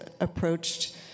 approached